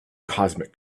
cosmic